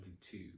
two